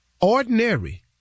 ordinary